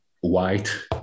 white